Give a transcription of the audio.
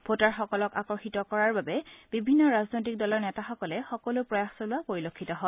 ভোটাৰসকলক আকৰ্ষিত কৰাৰ বাবে বিভিন্ন ৰাজনৈতিক দলৰ নেতাসকলে সকলো প্ৰয়াস চলোৱা পৰিলক্ষিত হয়